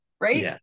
right